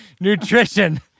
nutrition